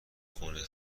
خونه